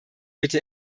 bitte